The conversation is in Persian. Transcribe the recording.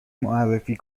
معرفی